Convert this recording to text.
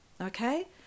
Okay